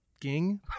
ging